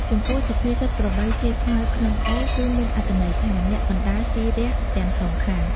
ចំពោះ សុភាសិតក្របីស៊ីស្មៅក្នុងអូរ គឺមានអត្ថន័យថា អ្នកកណ្ដាលស៊ីរះទាំងសងខាង ។